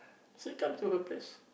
still come to her place